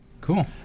Cool